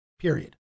Period